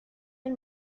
del